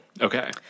Okay